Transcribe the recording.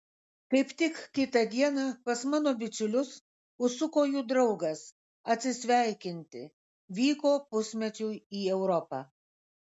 kaip tik kitą dieną pas mano bičiulius užsuko jų draugas atsisveikinti vyko pusmečiui į europą